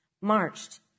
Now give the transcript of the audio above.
marched